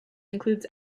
includes